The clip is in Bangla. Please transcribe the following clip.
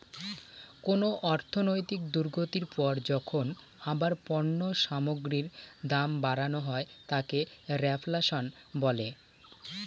কোন অর্থনৈতিক দুর্গতির পর যখন আবার পণ্য সামগ্রীর দাম বাড়ানো হয় তাকে রেফ্ল্যাশন বলে